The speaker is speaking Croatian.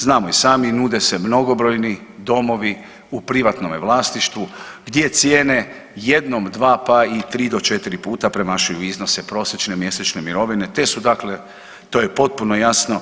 Znamo i sami, nude se mnogobrojni domovi u privatnome vlasništvu gdje cijene jednom, dva, pa i tri do četiri puta premašuju iznose prosječne mjesečne mirovine te su dakle to je potpuno jasno